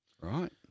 right